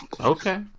Okay